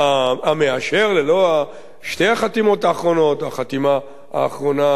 ללא שתי החתימות האחרונות או החתימה האחרונה הדרושה.